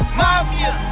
mafia